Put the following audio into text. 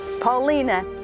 Paulina